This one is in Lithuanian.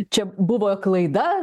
čia buvo klaida